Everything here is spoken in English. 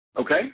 okay